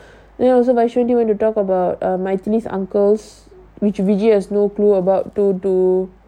then also went to talk about err uncles which has no clue about to to